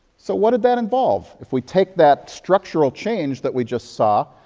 so what did that involve? if we take that structural change that we just saw,